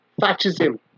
fascism